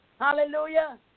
Hallelujah